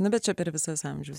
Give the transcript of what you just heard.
na bet čia per visas amžius